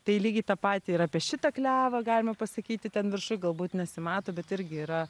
tai lygiai tą patį ir apie šitą klevą galima pasakyti ten viršuj galbūt nesimato bet irgi yra